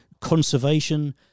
conservation